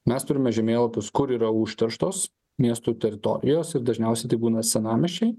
mes turime žemėlapius kur yra užterštos miestų teritorijos ir dažniausiai tai būna senamiesčiai